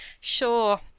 sure